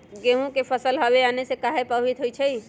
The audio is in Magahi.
गेंहू के फसल हव आने से काहे पभवित होई छई?